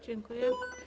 Dziękuję.